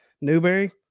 Newberry